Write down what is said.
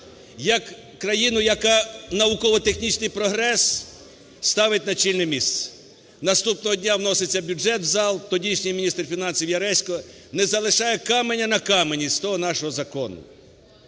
як країну, яка науково-технічний прогрес ставить на чільне місце. Наступного дня вноситься бюджет в зал, тодішній міністр фінансівЯресько не залишає каменя на камені з того нашого закону.